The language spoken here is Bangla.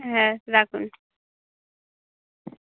হ্যাঁ রাখুন